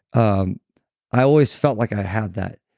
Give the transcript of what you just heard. um i always felt like i had that.